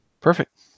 Perfect